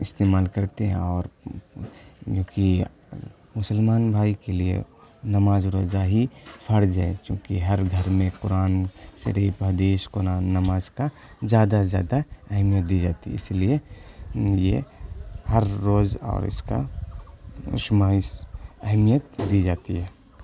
استعمال کرتے ہیں اور جو کہ مسلمان بھائی کے لیے نماز روزہ ہی فرض ہے چونکہ ہر گھر میں قرآن شریف حدیث قرآن نماز کا زیادہ سے زیادہ اہمیت دی جاتی اس لیے یہ ہر روز اور اس کا وشواس اہمیت دی جاتی ہے